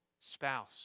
spouse